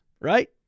right